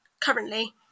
currently